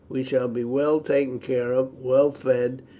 we shall be well taken care of, well fed,